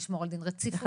לשמור על דין רציפות,